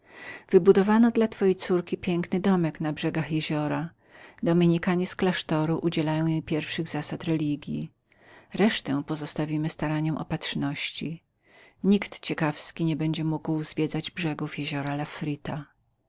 wybudowano dla niej piękny domek na brzegach jeziora dominikanie z klasztoru udzielą jej pierwszych zasad religji resztę pozostawiamy staraniom opatrzności nikt z osób zajmujących się nie będzie mógł zwiedzać brzegów jeziora